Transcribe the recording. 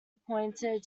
appointed